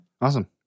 awesome